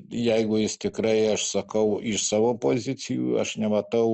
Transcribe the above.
jeigu jis tikrai aš sakau iš savo pozicijų aš nematau